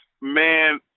man